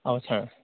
औ सार